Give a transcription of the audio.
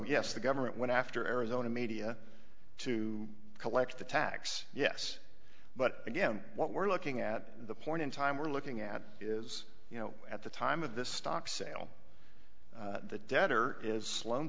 yes the government went after arizona media to collect the tax yes but again what we're looking at the point in time we're looking at is you know at the time of this stock sale the debtor is slo